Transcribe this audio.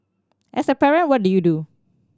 as a parent what do you do